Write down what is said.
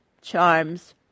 charms